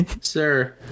sir